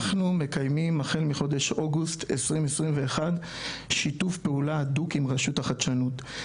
אנחנו מקיימים החל מחודש אוגוסט 2021 שיתוף פעולה הדוק עם רשות החדשנות.